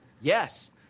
Yes